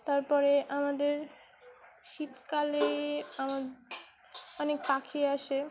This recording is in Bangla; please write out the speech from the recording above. তারপরে আমাদের শীতকালে এখানে অনেক পাখি আসে